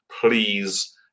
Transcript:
please